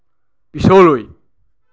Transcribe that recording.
পিছলৈ